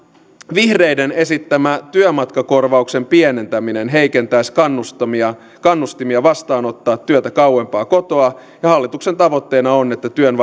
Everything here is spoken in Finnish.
vihreiden esittämä työmatkakorvauksen pienentäminen heikentäisi kannustimia kannustimia vastaanottaa työtä kauempaa kotoa ja hallituksen tavoitteena on että työn